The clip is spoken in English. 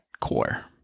core